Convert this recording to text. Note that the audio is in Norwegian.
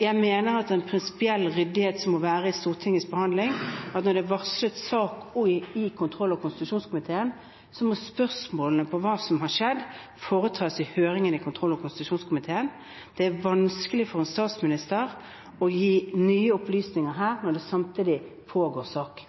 Jeg mener at en prinsipiell ryddighet i Stortingets behandling må være at når det er varslet sak i kontroll- og konstitusjonskomiteen, må spørsmålene om hva som har skjedd, foretas i høringen i kontroll- og konstitusjonskomiteen. Det er vanskelig for en statsminister å gi nye opplysninger her når det samtidig pågår sak.